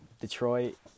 Detroit